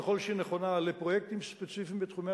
ככל שהיא נכונה לפרויקטים ספציפיים בתחומי